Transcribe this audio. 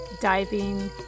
diving